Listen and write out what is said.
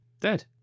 dead